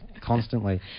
constantly